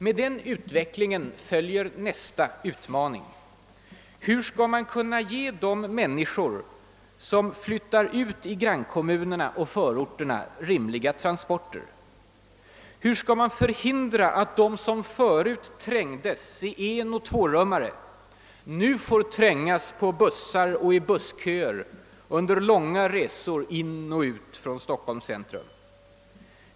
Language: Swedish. Med den utvecklingen följer nästa problem: hur skall man kunna ge de människor som flyttar ut i grannkom munerna och förorterna rimliga transporter? Hur skall man förhindra att de som förut trängdes i enoch tvårummare nu får trängas på bussar och i bussköer under långa resor in och ut från Stockholms centrum?